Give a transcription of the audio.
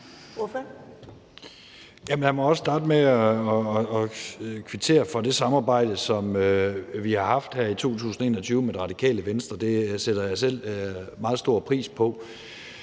Jeg må også starte med at kvittere for det samarbejde, som vi har haft her i 2021 med Radikale Venstre; det sætter jeg selv meget stor pris på.